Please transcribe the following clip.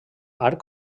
arc